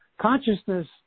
Consciousness